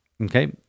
Okay